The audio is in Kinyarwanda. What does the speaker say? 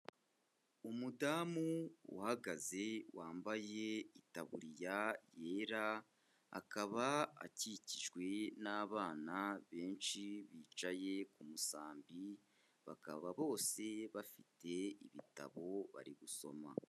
Umudamu uhagaze wambaye itaburiya yera, akaba akikijwe n'abana benshi bicaye k'umusambi, bakaba bose bafite ibitabo bari gusoma.